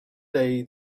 day